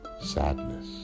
sadness